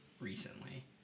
recently